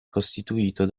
costituito